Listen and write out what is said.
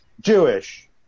Jewish